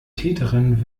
täterin